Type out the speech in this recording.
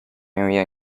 area